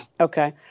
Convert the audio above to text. Okay